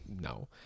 No